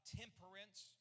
temperance